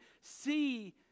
see